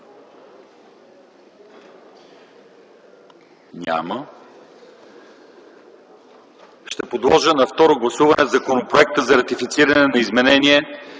Няма.